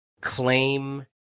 claim